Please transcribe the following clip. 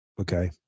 okay